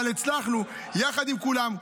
אבל הצלחנו יחד עם כולם,